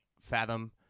Fathom